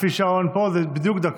לפי השעון פה זה בדיוק דקה.